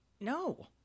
No